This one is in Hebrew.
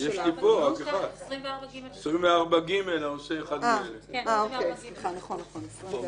ודאי גם מכך, אנחנו גן יודעים